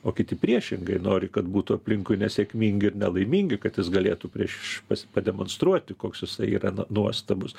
o kiti priešingai nori kad būtų aplinkui nesėkmingi ir nelaimingi kad jis galėtų prieš pademonstruoti koks jisai yra nuostabus